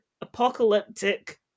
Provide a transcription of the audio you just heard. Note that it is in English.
apocalyptic